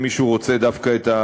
אם מישהו רוצה את הנתונים,